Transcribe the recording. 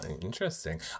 interesting